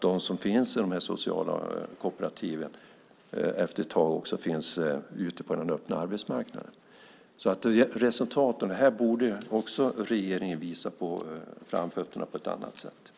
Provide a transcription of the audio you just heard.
de som arbetar där efter ett tag kommer ut på den öppna arbetsmarknaden. Med tanke på resultaten av detta borde regeringen visa framfötterna på ett annat sätt.